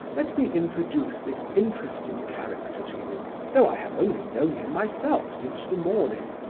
let me introduce this interesting character to you though i have only known him myself since the morning.